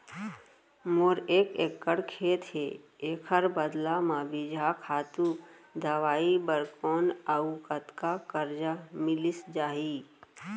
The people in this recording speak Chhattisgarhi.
मोर एक एक्कड़ खेत हे, एखर बदला म बीजहा, खातू, दवई बर कोन अऊ कतका करजा मिलिस जाही?